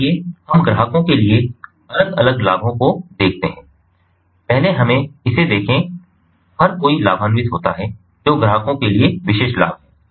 तो आइए हम ग्राहकों के लिए अलग अलग लाभों को देखते हैं पहले हमें इसे देखें हर कोई लाभान्वित होता है जो ग्राहकों के लिए विशिष्ट लाभ हैं